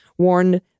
warned